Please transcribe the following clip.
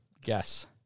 guess